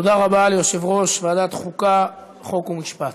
תודה רבה ליושב-ראש ועדת החוקה, חוק ומשפט.